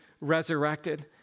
resurrected